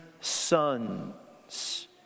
sons